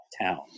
town